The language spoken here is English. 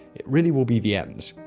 it really will be the end.